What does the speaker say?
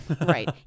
Right